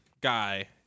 guy